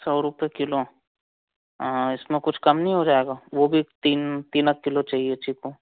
सौ रुपये किलो इसमें कुछ कम नहीं हो जाएगा वह भी तीन तीन किलो चाहिए चीकू